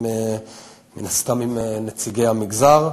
מן הסתם, בשיתוף עם נציגי המגזר.